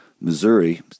Missouri